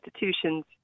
institutions